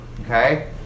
Okay